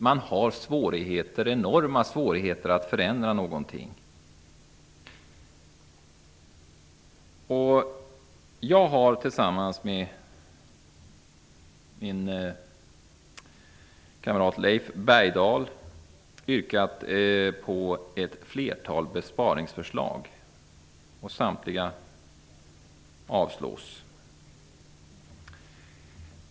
Man har enorma svårigheter att förändra någonting. Jag har tillsammans med min kollega Leif Bergdahl lagt fram yrkanden om ett flertal besparingsförslag.